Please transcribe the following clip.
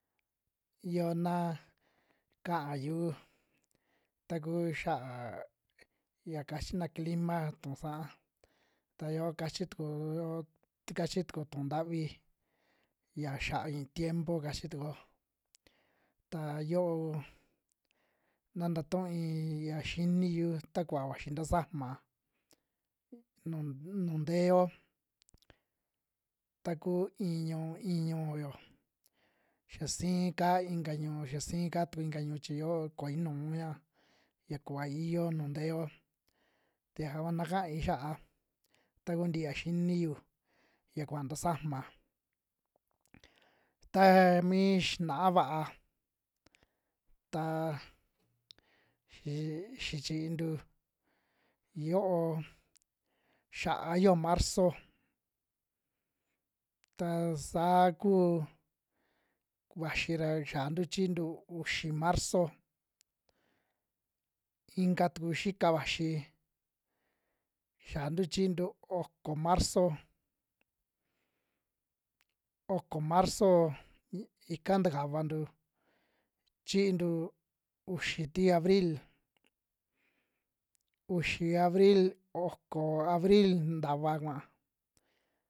Iyoo na kuyu taku xiaa ya kachina clima tu'un sa'a, ta yoo kachi tuku'yo, kachi tuku tu'un ntavi ya xa'a ii tiempo kachi tukuo, ta yo'o na ntatui ya xiniyu ta kuva vaxi tasama nuj nu nteo, ta kuu iin ñu'u. iin ñu'uyo xa sin kaa inka ñu'u, xa sii ka tuku inka ñu'u chi ya yo'o ko'o inuiña ya kuva iyio nu nteo, ta yaka kua nakaai xia'a taku ntia xiniyu ya kuaa ntasama, ta mii xina'a vaa ta xi xii chiintu ya yo'o xia'a yojo marzo, ta saa ku vaxi ra xiantu chhiintu uxi marzo, inka tuku xika vaxi xiantu chiintu oko marzo, oko marzo i- ika nta kavantu chiintu uxi ti abril, uxi abril, oko abril ntava kuaa.